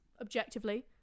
objectively